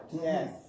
Yes